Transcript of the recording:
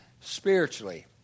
spiritually